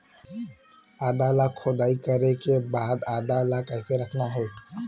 आदा ला खोदाई करे के बाद आदा ला कैसे रखना हे?